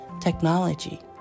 technology